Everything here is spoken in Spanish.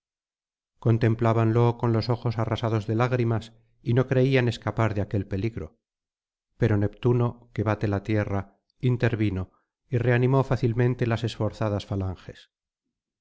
contemplábanlo con los ojos arrasados de lágrimas y no creían escapar de aquel peligro pero neptuno que bate la tierra intervino y reanimó fácilmente las esforzadas falanges